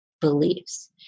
beliefs